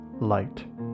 light